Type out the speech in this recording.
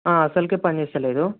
అసలుకే పని చేస్తలేదు